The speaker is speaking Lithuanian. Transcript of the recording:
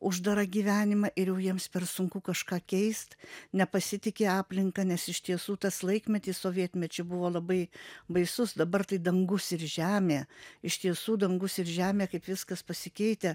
uždarą gyvenimą ir jau jiems per sunku kažką keist nepasitiki aplinka nes iš tiesų tas laikmetis sovietmečiu buvo labai baisus dabar tai dangus ir žemė iš tiesų dangus ir žemė kaip viskas pasikeitę